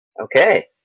Okay